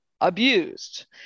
abused